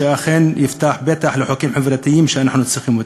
ושאכן הוא יפתח פתח לחוקים חברתיים שאנחנו צריכים.